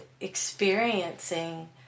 experiencing